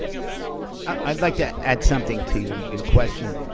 yeah i'd like to add something to your your question.